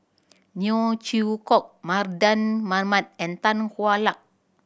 Neo Chwee Kok Mardan Mamat and Tan Hwa Luck